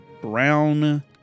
brown